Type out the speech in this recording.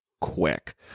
Quick